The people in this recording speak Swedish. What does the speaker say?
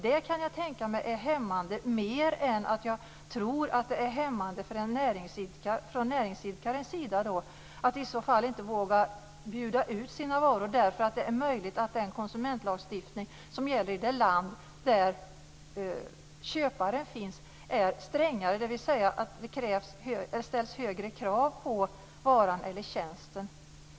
Jag kan tänka mig att detta är mer hämmande än vad det är för en näringsidkare som inte vågar bjuda ut sina varor därför att det är möjligt att den konsumentlagstiftning som gäller i köparens land är strängare, dvs. att det ställs högre krav på varan eller tjänsten.